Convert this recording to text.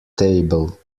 table